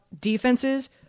defenses